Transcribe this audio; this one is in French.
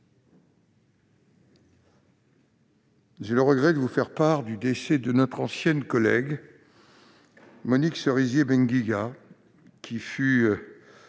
j'ai le regret de vous faire part du décès de notre ancienne collègue Monique Cerisier-ben Guiga, qui fut